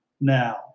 now